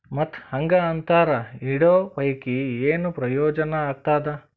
ಮತ್ತ್ ಹಾಂಗಾ ಅಂತರ ಇಡೋ ಪೈಕಿ, ಏನ್ ಪ್ರಯೋಜನ ಆಗ್ತಾದ?